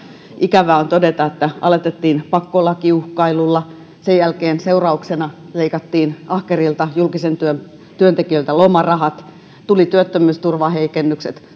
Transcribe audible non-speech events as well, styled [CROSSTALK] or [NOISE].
ikävää on todeta että aloitettiin pakkolakiuhkailulla sen jälkeen seurauksena leikattiin ahkerilta julkisen työn työntekijöiltä lomarahat tuli työttömyysturvaheikennykset [UNINTELLIGIBLE]